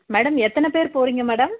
madam எத்தனை பேர் போகிறீங்க மேடம்